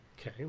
Okay